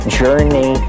journey